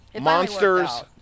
monsters